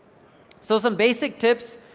so, some basic tips,